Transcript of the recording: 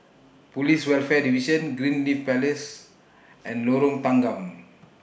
Police Welfare Division Greenleaf Place and Lorong Tanggam